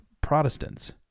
Protestants